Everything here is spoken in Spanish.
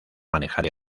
manejar